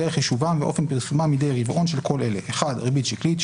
דרך חישובם ואופן פרסומם מדי רבעון של כל אלה: (1)ריבית שקלית,